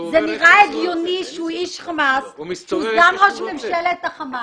הוא איש חמאס, הוא סגן ראש ממשלת החמאס,